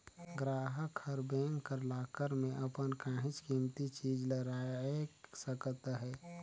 गराहक हर बेंक कर लाकर में अपन काहींच कीमती चीज ल राएख सकत अहे